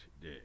Day